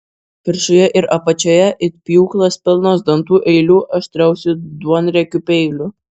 viršuje ir apačioje it pjūklas pilnos dantų eilių aštriausių duonriekių peilių